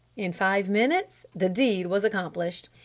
in five minutes the deed was accomplished.